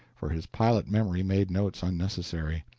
for his pilot-memory made notes unnecessary.